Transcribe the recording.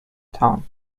town